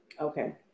okay